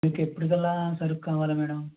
మీకు ఎప్పుడుకల్లా సరుకు కావాలి మేడం